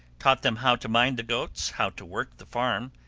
taught them how to mind the goats, how to work the farm,